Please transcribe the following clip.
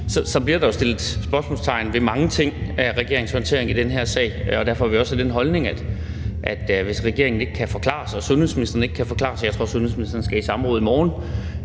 bliver der jo sat spørgsmålstegn ved mange ting i regeringens håndtering af den her sag. Derfor er vi også af den holdning, at hvis regeringen ikke kan forklare sig, og hvis sundhedsministeren ikke kan forklare sig – og jeg tror, at sundhedsministeren skal i samråd i morgen